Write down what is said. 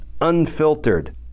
unfiltered